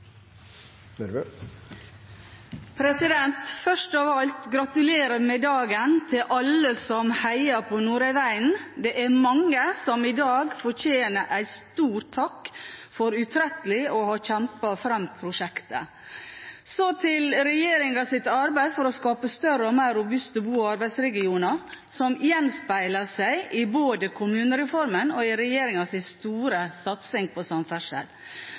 NTP-en. Først av alt: Gratulerer med dagen til alle som har heiet på Nordøyvegen! Det er mange som i dag fortjener en stor takk for utrettelig å ha kjempet fram prosjektet. Så til regjeringens arbeid for å skape større og mer robuste bo- og arbeidsregioner, som gjenspeiler seg i både kommunereformen og regjeringens store satsing på samferdsel.